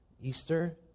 Easter